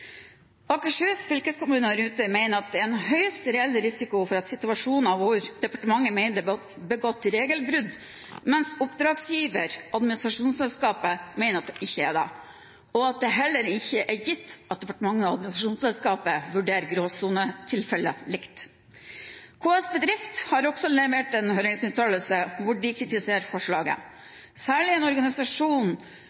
Akershus fylkeskommune og Ruter mener at det er «en høyst reell risiko for situasjoner hvor departementet mener det er begått et regelbrudd, mens oppdragsgiver mener at det ikke er det», og at det heller ikke er gitt at departementet og administrasjonsselskapet vurderer gråsonetilfeller likt. KS Bedrift har også levert en høringsuttalelse hvor de kritiserer forslaget. Særlig